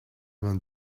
vingt